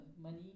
money